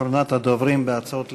אחרונת הדוברים בהצעות לסדר-היום.